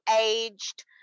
aged